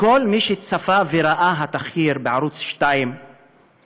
וכל מי שצפה וראה את התחקיר בערוץ 2 באמת